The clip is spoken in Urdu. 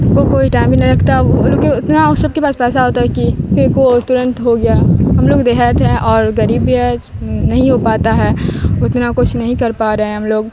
اس کو کوئی ٹائم بھی نہیں لگتا وہ لوگ کے اتنا اس سب کے پاس پیسہ ہوتا ہے کہ پھینکو اور ترنت ہو گیا ہم لوگ دیہات ہیں اور غریب بھی ہے نہیں ہو پاتا ہے اتنا کچھ نہیں کر پا رہے ہیں ہم لوگ